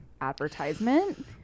advertisement